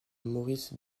maurice